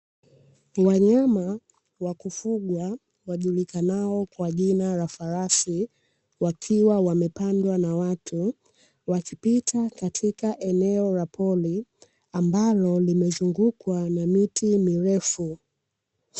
Wanyama wa kufugwa wajulikanao kwa jina la farasi, wakiwa wamepandwa na watu, wakipita katika eneo la pori ambalo limezungukwa na miti mirefu.